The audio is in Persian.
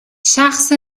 شخص